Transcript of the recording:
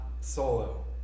Solo